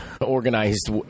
organized